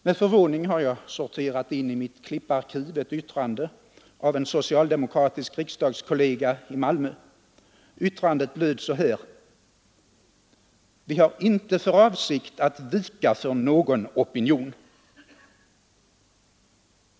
Med förvåning har jag i mitt klipparkiv sorterat in ett yttrande från en socialdemokratisk kollega i Malmö. Det löd så här: Vi har inte för avsikt att vika för någon opinion.